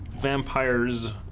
...vampires